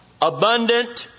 abundant